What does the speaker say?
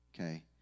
Okay